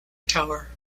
tower